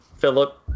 Philip